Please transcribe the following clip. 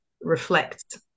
reflect